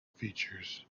features